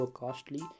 costly